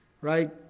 Right